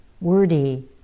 wordy